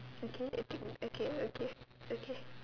okay okay okay okay okay